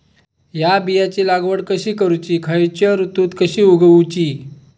हया बियाची लागवड कशी करूची खैयच्य ऋतुत कशी उगउची?